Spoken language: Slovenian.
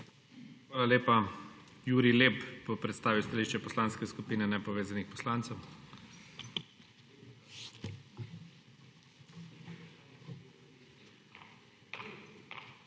Hvala lepa. Jurij Lep bo predstavil Stališče Poslanske skupine Nepovezanih poslancev.